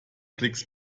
klicks